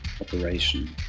operation